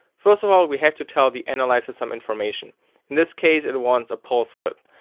first of all we have to tell the analyzer some information. in this case it wants a pulse width,